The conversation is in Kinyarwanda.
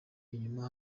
inyuma